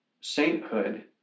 sainthood